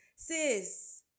Sis